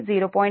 05 0